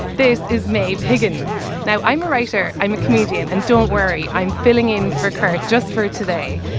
this is made higgins now. i'm a writer. i'm a comedian. and don't worry i'm filling in for kirk just for today.